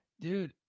dude